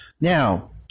now